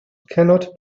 cannot